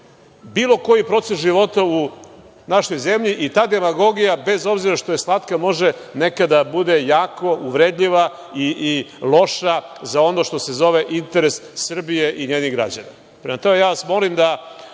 bilo koji proces života u našoj zemlji i ta demagogija, bez obzira što je slatka, može nekada da bude jako uvredljiva i loša za ono što se zove interes Srbije i njenih građana. Prema